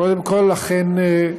קודם כול, אכן,